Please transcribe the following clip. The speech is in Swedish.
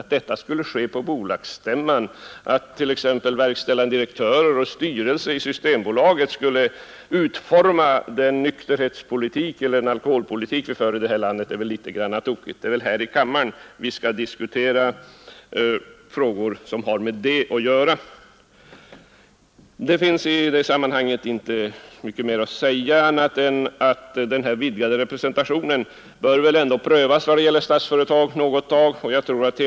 Att t.ex. verkställande direktören och styrelsen i Systembolaget skulle utforma den nykterhetspolitik som skall föras i detta land vore väl litet tokigt. Det är här i kammaren vi skall diskutera sådana frågor. Det finns i detta sammanhang inte mycket för mig att tillägga. Den vidgade representationen i vad det gäller Statsföretag bör väl först få prövas ett tag.